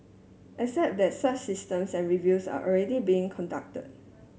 except that such systems and reviews are already being conducted